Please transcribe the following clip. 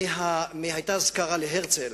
היתה אזכרה להרצל,